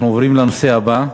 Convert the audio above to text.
אנחנו עוברים לנושא הבא: